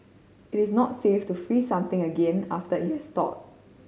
it is not safe to freeze something again after it has thawed